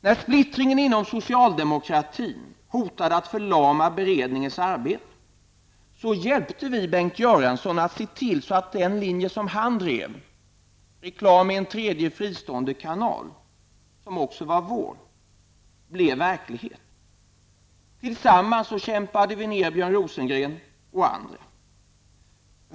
När splittringen inom socialdemokratin hotade att förlama beredningens arbete hjälpte vi Bengt Göransson att se till att den linje som han drev -- reklam i en tredje, fristående kanal, som också var vår linje -- blev verklighet. Tillsammans kämpade vi ned Björn Rosengren och andra.